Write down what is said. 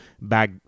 back